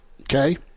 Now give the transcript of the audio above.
Okay